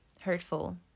hurtful